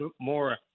more